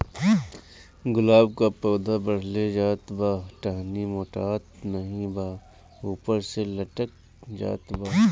गुलाब क पौधा बढ़ले जात बा टहनी मोटात नाहीं बा ऊपर से लटक जात बा?